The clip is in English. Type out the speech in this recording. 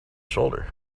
shoulder